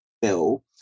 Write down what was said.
Bill